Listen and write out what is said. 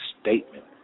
statement